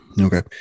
Okay